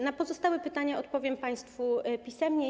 Na pozostałe pytania odpowiem państwu na piśmie.